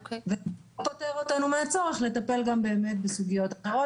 זה לא פוטר אותנו מהצורך לטפל גם בסוגיות אחרות